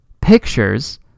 pictures